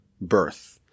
birth